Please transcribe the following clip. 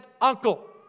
uncle